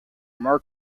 mark